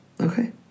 Okay